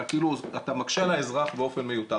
אתה מקשה על האזרח באופן מיותר.